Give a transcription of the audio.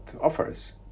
offers